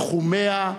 תחומיה,